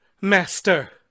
Master